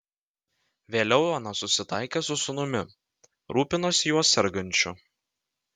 vėliau ona susitaikė su sūnumi rūpinosi juo sergančiu